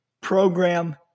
program